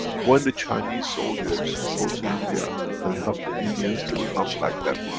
when the chinese soldiers go to india and help the indians to become like them.